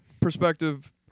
perspective